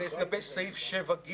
לגבי סעיף 7(ג)